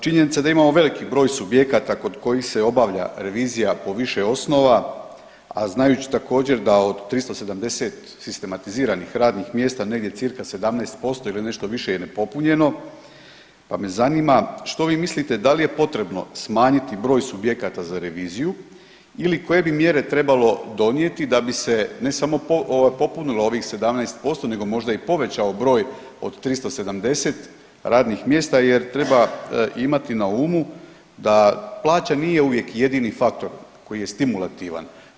Činjenica da imamo veliki broj subjekata kod kojih se obavlja revizija po više osnova, a znajući također, da od 370 sistematiziranih radnih mjesta, negdje cirka 17% ili nešto više je nepopunjeno pa me zanima što vi mislite, da li je potrebno smanjiti broj subjekata za reviziju ili koje bi mjere trebalo donijeti da bi se ne samo popunilo ovih 17% nego možda i povećao broj od 370 radnih mjesta jer treba imati na umu da plaća nije uvijek jedini faktor koji je stimulativan.